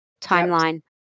timeline